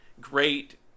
great